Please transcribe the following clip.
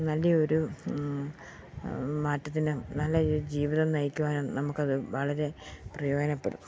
നല്ല ഒരു മാറ്റത്തിനും നല്ലൊരു ജീവിതം നയിക്കുവാനും നമുക്കത് വളരെ പ്രയോജനപ്പെടും